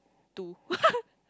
two